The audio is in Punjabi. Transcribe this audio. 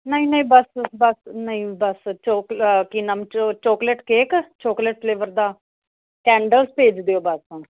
ਨਹੀਂ ਨਹੀਂ ਬਸ ਬਸ ਨਹੀਂ ਬਸ ਚੋਕ ਕੀ ਨਾਮ ਚੌਕਲੇਟ ਕੇਕ ਚੌਕਲੇਟ ਫਲੇਵਰ ਦਾ ਕੈਂਡਲਸ ਭੇਜ ਦਿਓ ਬਸ